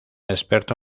experto